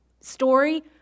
story